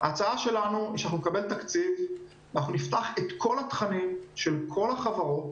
היא שנקבל תקציב ונפתח את כל התכנים של כל החברות,